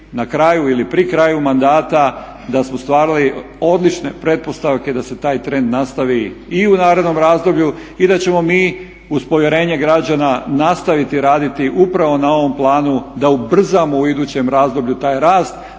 na kraju ili pri kraju mandata da smo ostvarili odlične pretpostavke da se taj trend nastavi i u narednom razdoblju i da ćemo mi uz povjerenje građana nastaviti raditi upravo na ovom planu da ubrzamo u idućem razdoblju taj rast.